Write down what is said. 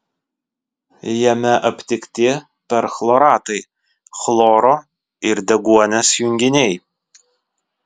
jame aptikti perchloratai chloro ir deguonies junginiai